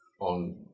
on